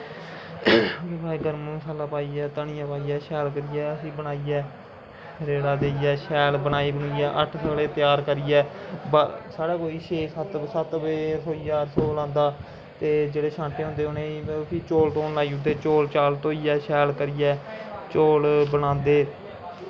ग् मसाला पाइयै धनियां पाइयै शैल करियै फ्ही बनाईयै रेड़ा देइयै शैल बनाई बनुइयै अट्ठ सगले बनाई बनुईयै साढ़ै कोई छे सत्त बज़े रसोइया रसोऽ लांदा ते जेह्ड़े शांटे होंदे उ'नें गी चौल धोन लाई ओड़दे चौल चाल धोइयै शैल करियै चौल बनांदे